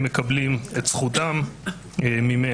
הם מקבלים את זכותם ממנו.